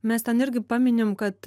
mes ten irgi paminim kad